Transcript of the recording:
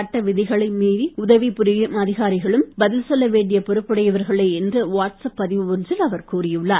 சட்டவிதிகளை மீற உதவிப் புரியும் அதிகாரிகளும் பதில் சொல்ல வேண்டிய பொறுப்புடையவர்களே என்று வாட்ஸ்அப் பதிவு ஒன்றில் அவர் கூறியுள்ளார்